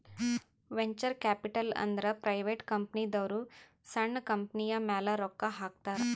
venture capital ಅಂದುರ್ private ಕಂಪನಿದವ್ರು ಸಣ್ಣು ಕಂಪನಿಯ ಮ್ಯಾಲ ರೊಕ್ಕಾ ಹಾಕ್ತಾರ್